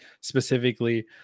specifically